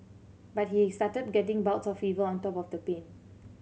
but he started getting bouts of fever on top of the pain